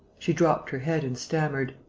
she dropped her head and stammered